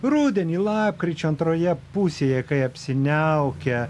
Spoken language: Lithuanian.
rudenį lapkričio antroje pusėje kai apsiniaukę